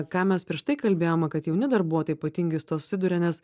ką mes prieš tai kalbėjome kad jauni darbuotojai ypatingi su tuo susiduria nes